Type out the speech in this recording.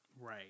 Right